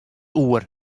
oer